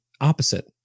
opposite